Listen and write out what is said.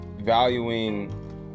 valuing